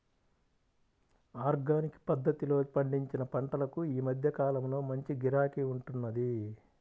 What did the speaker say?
organic పద్ధతిలో పండించిన పంటలకు ఈ మధ్య కాలంలో మంచి గిరాకీ ఉంటున్నది